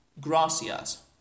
Gracias